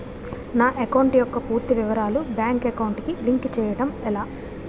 నా అకౌంట్ యెక్క పూర్తి వివరాలు బ్యాంక్ అకౌంట్ కి లింక్ చేయడం ఎలా?